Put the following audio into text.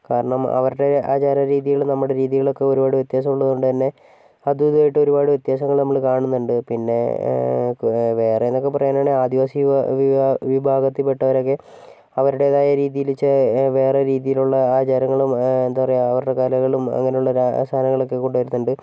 കാരണം അവരുടെ ആചാര രീതികൾ നമ്മുടെ രീതികളൊക്കെ ഒരുപാട് വ്യത്യാസമുള്ളതു കൊണ്ടുത്തന്നെ അതുമിതുമായിട്ട് ഒരുപാട് വ്യത്യാസങ്ങൾ നമ്മൾ കാണുന്നുണ്ട് പിന്നെ വേറെന്നൊക്കെ പറയാനാണേ ആദിവാസി വിഭ വിഭാ വിഭാഗത്തിൽപ്പെട്ടവരൊക്കെ അവരുടേതായ രീതിയിൽ ചെ വേറെ രീതിയിലുള്ള ആചാരങ്ങളും എന്താ പറയാ അവരുടെ കലകളും അങ്ങനുള്ള ല സാധനങ്ങളൊക്കെ കൊണ്ടു വരുന്നുണ്ട്